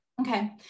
Okay